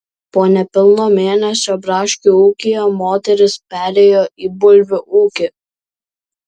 po nepilno mėnesio braškių ūkyje moteris perėjo į bulvių ūkį